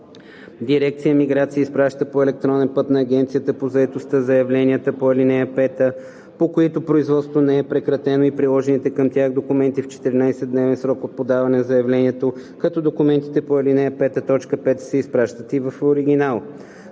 Дирекция „Миграция“ изпраща по електронен път на Агенцията по заетостта заявленията по ал. 6, по които производството не е прекратено, и приложените към тях документи, в 14-дневен срок от подаване на заявлението, като документите по ал. 6, т. 5, 8, 9 и 10 се изпращат в оригинал.